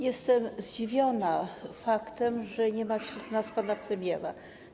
Jestem zdziwiona faktem, że nie ma wśród nas pana premiera.